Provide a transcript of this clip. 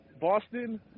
Boston